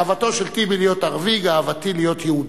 גאוותו של טיבי להיות ערבי, גאוותי להיות יהודי.